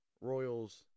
Royals